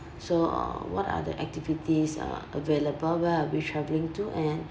so uh what are the activities uh available where are we travelling to and